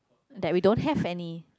that we don't have any